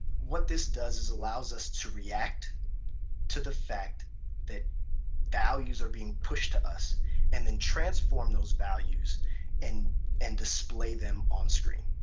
what does is allows us to react to the fact that values are being pushed to us and then transform those values and and display them on screen.